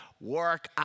work